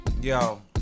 Yo